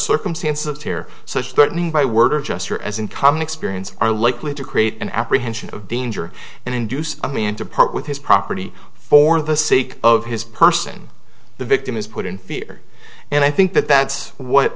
circumstances here such threatening by word or gesture as in common experience are likely to create an apprehension of danger and induce a man to part with his property for the sake of his person the victim is put in fear and i think that that's what